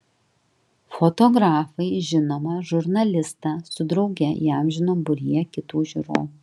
fotografai žinomą žurnalistą su drauge įamžino būryje kitų žiūrovų